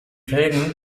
felgen